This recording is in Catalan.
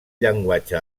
llenguatge